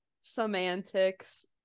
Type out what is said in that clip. semantics